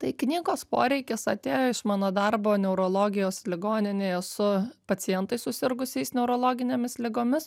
tai knygos poreikis atėjo iš mano darbo neurologijos ligoninėje su pacientais susirgusiais neurologinėmis ligomis